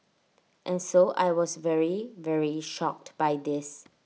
and so I was very very shocked by this